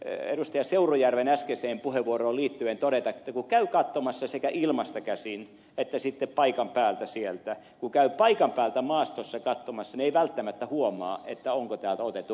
seurujärven äskeiseen puheenvuoroon liittyen todeta että kun käy katsomassa sekä ilmasta käsin että sitten paikan päältä sieltä kun käy paikan päältä maastossa katsomassa niin ei välttämättä huomaa onko täältä otettu